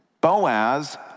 Boaz